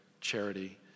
charity